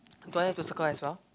do I have to circle as well